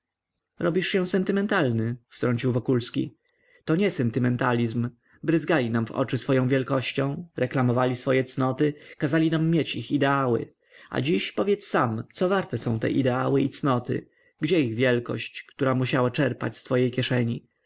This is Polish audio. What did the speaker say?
robisz się sentymentalny wtrącił wokulski to nie sentymentalizm bryzgali nam w oczy swoją wielkością reklamowali swoje cnoty kazali nam mieć ich ideały a dziś powiedz sam co warte są te ideały i cnoty gdzie ich wielkość która musiała czerpać z twojej kieszeni